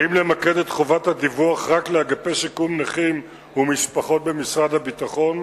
האם למקד את חובת הדיווח רק לאגפי שיקום נכים ומשפחות במשרד הביטחון